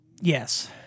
Yes